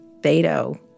Beto